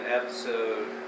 episode